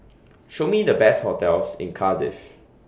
Show Me The Best hotels in Cardiff